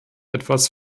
etwas